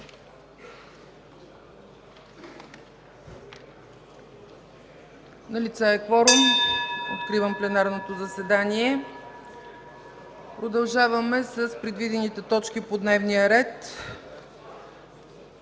Налице е кворум, откривам пленарното заседание. Продължаваме с предвидените точки по дневния ред.